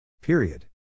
Period